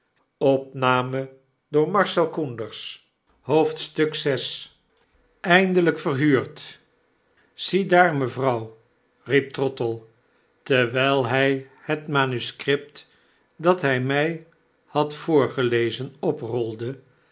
bindelijk verhuurd ziedaar mevrouw riep trottle terwgl hg het manuscript dat hij mg had voorgelezen oprolde